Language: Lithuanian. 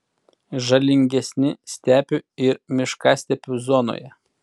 žalingesni stepių ir miškastepių zonoje